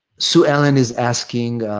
so, alan is asking,